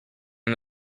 and